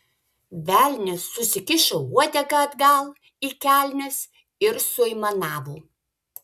velnias susikišo uodegą atgal į kelnes ir suaimanavo